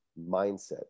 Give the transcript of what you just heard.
mindset